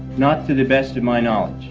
not to the best of my knowledge.